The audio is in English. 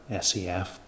SEF